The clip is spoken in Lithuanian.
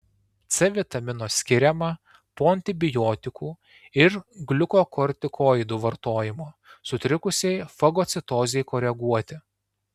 c vitamino skiriama po antibiotikų ir gliukokortikoidų vartojimo sutrikusiai fagocitozei koreguoti